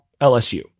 LSU